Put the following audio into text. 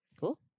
Cool